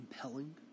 compelling